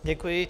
Děkuji.